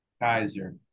Kaiser